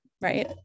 right